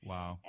Wow